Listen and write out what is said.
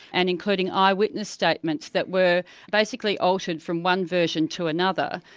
and including eye-witness statements that were basically altered from one version to another,